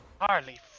Harley